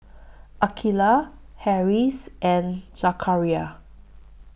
Aqeelah Harris and Zakaria